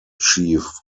chief